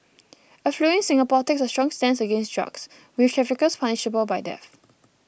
affluent Singapore takes a strong stance against drugs with traffickers punishable by death